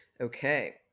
Okay